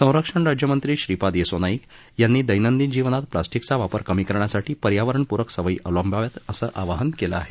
संरक्षण राज्यमंत्री श्रीपाद येसो नाईक यांनी दैनंदिन जीवनात प्लास्टिकचा वापर कमी करण्यासाठी पर्यावरणपूरक सवयी अवलंबाव्यात असं आवाहन केलं आहे